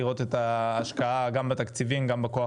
לראות את ההשקעה גם בתקציבים וגם בכוח